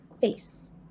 face